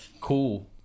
cool